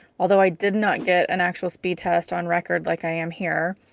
although i did not get an actual speed test on record like i am here.